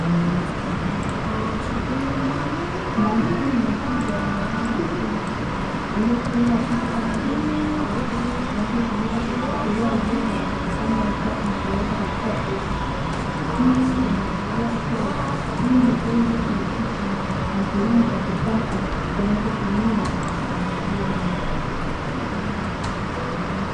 Mashine kubwa yenye rangi nyekundu iliyofungwa kitu kama jembe kwa mbele inachotumika kutifulia udongo, na kukusanya uchafu na kuuweka katika sehemu moja. Hii inaashiria kuwa hii ni sehemu iliyojihusisha na kilimo cha kisasa kinachotumia mashine.